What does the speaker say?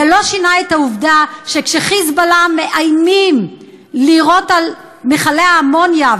זה לא שינה את העובדה שכש"חיזבאללה" מאיימים לירות על מכלי האמוניה,